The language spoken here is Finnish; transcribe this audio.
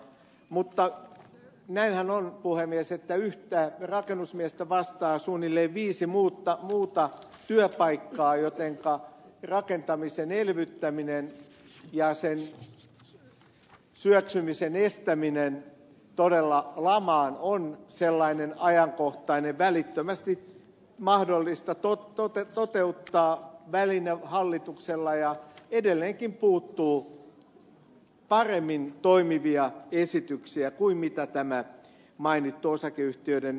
mutta näinhän on puhemies että yhtä rakennusmiestä vastaa suunnilleen viisi muuta työpaikkaa jotenka rakentamisen elvyttäminen ja sen syöksymisen estäminen todella lamaan on sellainen ajankohtainen väline hallituksella joka on välittömästi mahdollista toteuttaa ja edelleenkin puuttuu paremmin toimivia esityksiä kuin tämä mainittu osakeyhtiöiden veronhuojennus